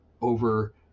over